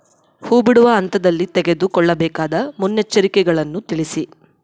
ಹೂ ಬಿಡುವ ಹಂತದಲ್ಲಿ ತೆಗೆದುಕೊಳ್ಳಬೇಕಾದ ಮುನ್ನೆಚ್ಚರಿಕೆಗಳನ್ನು ತಿಳಿಸಿ?